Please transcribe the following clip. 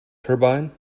turbine